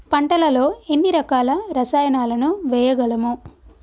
పంటలలో ఎన్ని రకాల రసాయనాలను వేయగలము?